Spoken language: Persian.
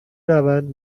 روند